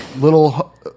Little